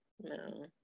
no